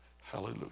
Hallelujah